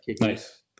nice